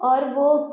और वह